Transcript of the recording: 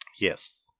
Yes